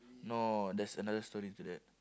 no there's another story to that